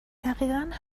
دقیقا